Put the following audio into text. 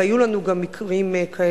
והיו לנו גם מקרים כאלה.